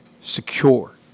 secure